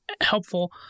helpful